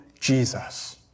Jesus